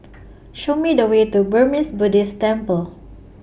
Show Me The Way to Burmese Buddhist Temple